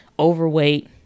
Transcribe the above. overweight